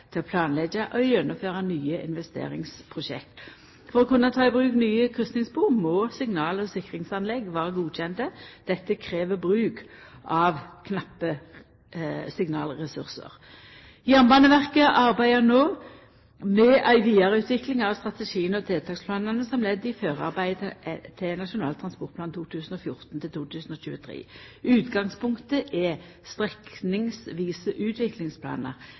til å planleggja og gjennomføra nye investeringsprosjekt. For å kunna ta i bruk nye kryssingsspor må signal- og sikringsanlegget vera godkjent. Dette krev bruk av knappe signalressursar. Jernbaneverket arbeider no med ei vidareutvikling av strategiane og tiltaksplanane som ledd i forarbeidet til Nasjonal transportplan 2014–2023. Utgangspunktet er strekningsvise utviklingsplanar,